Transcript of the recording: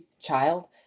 child